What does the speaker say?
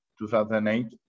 2008